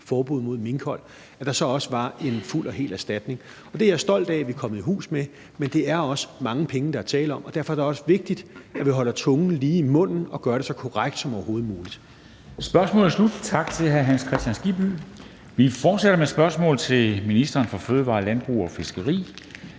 forbud mod minkhold, altså at der så også var en fuld og hel erstatning. Det er jeg stolt af vi er kommet i hus med, men det er også mange penge, der er tale om. Derfor er det også vigtigt, at vi holder tungen lige i munden og gør det så korrekt som overhovedet muligt. Kl. 13:28 Formanden (Henrik Dam Kristensen): Spørgsmålet er slut. Tak til hr. Hans Kristian Skibby. Vi fortsætter med spørgsmål til ministeren for fødevarer, landbrug og fiskeri,